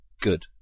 Good